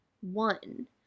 one